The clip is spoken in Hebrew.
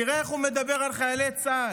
תראה איך הוא מדבר על חיילי צה"ל,